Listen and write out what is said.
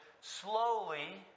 slowly